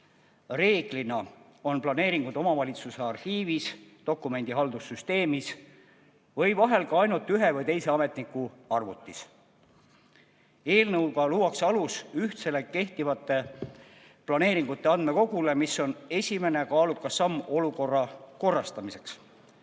Reeglina on planeeringud omavalitsuse arhiivis, dokumendihaldussüsteemis ja vahel ka ainult ühe või teise ametniku arvutis. Eelnõuga luuakse alus ühtsele kehtivate planeeringute andmekogule, mis on esimene kaalukas samm olukorra korrastamiseks.